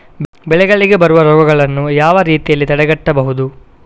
ಬೆಳೆಗಳಿಗೆ ಬರುವ ರೋಗಗಳನ್ನು ಯಾವ ರೀತಿಯಲ್ಲಿ ತಡೆಗಟ್ಟಬಹುದು?